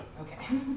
okay